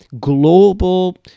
global